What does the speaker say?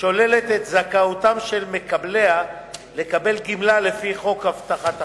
שוללת את זכאותם של מקבליה לקבל גמלה לפי חוק הבטחת הכנסה,